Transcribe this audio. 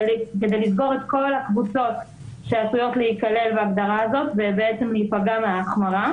לסגור את כל הקבוצות שעשויות להיכלל בהגדרה הזאת ולהיפגע בהחמרה.